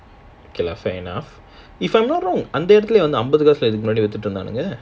K lah fair enough if I'm not wrong அம்பது காசு உள்ள விட்தங்க:ambathu kasu ulla vitthaanga